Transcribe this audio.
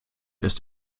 ist